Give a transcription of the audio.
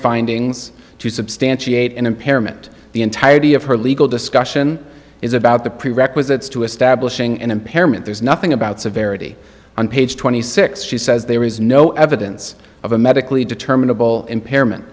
findings to substantiate an impairment the entirety of her legal discussion is about the prerequisites to establishing an impairment there's nothing about severity on page twenty six she says there is no evidence of a medically determinable impairment